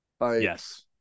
yes